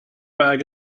bag